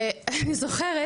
ואני זוכרת,